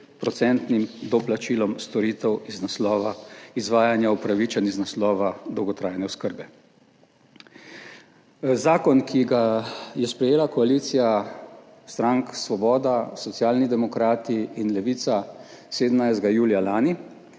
10-procentnim doplačilom storitev iz naslova izvajanja upravičenj iz naslova dolgotrajne oskrbe. Zakon, ki ga je sprejela koalicija strank Svoboda, Socialni demokrati in Levica 17. julija lani,